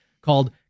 called